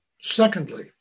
Secondly